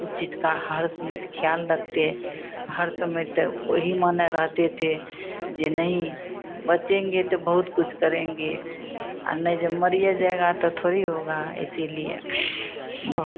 उ चीज़ का हर समय तो ख़याल रखते हर समय तो वही मानो रहते थे ये नहीं बचेंगे तो बहुत कुछ करेंगे अ नहीं जब मरिए जएगा तो थोड़ी होगा इसीलिए बहुत